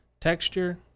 texture